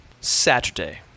Saturday